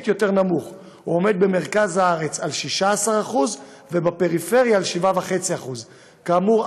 יותר נמוך: במרכז הארץ הוא 16% ובפריפריה זה 7.5%. כאמור,